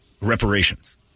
Reparations